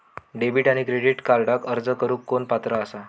Debit आणि credit कार्डक अर्ज करुक कोण पात्र आसा?